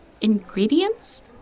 Ingredients